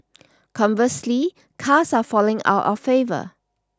conversely cars are falling out of favour